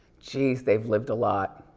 geez, they've lived a lot.